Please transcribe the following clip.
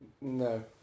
No